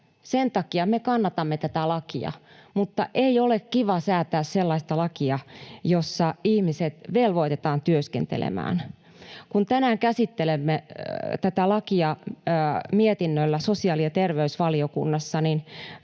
Sen takia me kannatamme tätä lakia, mutta ei ole kiva säätää sellaista lakia, jossa ihmiset velvoitetaan työskentelemään. Kun tänään käsittelimme tätä lakia mietinnössä sosiaali- ja terveysvaliokunnassa,